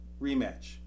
rematch